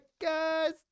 guys